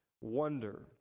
wonder